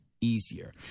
Easier